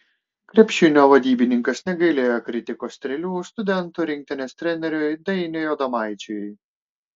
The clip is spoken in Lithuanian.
krepšinio vadybininkas negailėjo kritikos strėlių studentų rinktinės treneriui dainiui adomaičiui